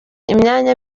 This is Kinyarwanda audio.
imyanya